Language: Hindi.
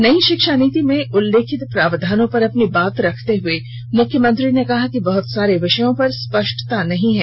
नई शिक्षा नीति में उल्लेखित प्रावधानों पर अपनी बात रखते हुए मुख्यमंत्री ने कहा कि बहत सारे विषयों पर स्पष्टता नहीं है